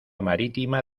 marítima